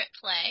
play